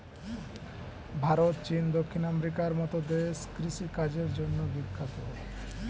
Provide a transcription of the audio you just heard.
ভারত, চীন, দক্ষিণ আমেরিকার মতো দেশ কৃষি কাজের জন্যে বিখ্যাত